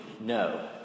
No